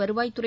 வருவாய்த்துறை